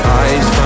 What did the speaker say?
eyes